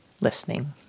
listening